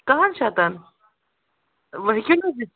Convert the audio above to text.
کاہَن شیٚتَن وٕ ہٮ۪کیٛاہ